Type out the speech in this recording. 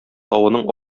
тавының